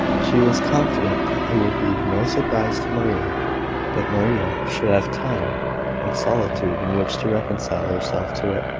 she was confident that it would be no surprise to maria but maria should have time and solitude in which to reconcile herself to it.